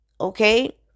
Okay